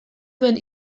duen